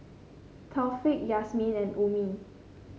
Taufik Yasmin and Ummi